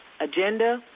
agenda